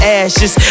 ashes